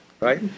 right